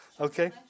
Okay